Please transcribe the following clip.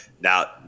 Now